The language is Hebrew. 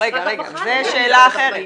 זו שאלה אחרת.